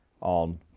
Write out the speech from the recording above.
on